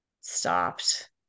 stopped